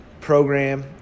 program